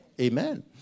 Amen